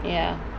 ya